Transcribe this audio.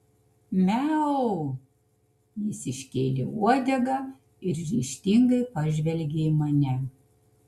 miau jis iškėlė uodegą ir ryžtingai pažvelgė į mane